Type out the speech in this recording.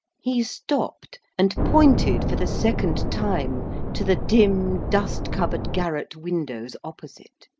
he stopped, and pointed for the second time to the dim, dust-covered garret-windows opposite.